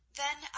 Then